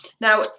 Now